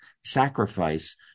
sacrifice